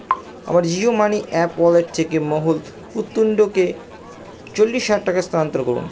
আমার Jio money app wallet থেকে মোহুল পুততুন্ডকে চল্লিশ হাজার টাকা স্থানান্তর করুন